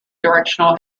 directional